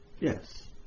yes